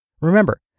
Remember